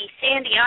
Sandy